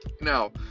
Now